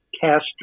cast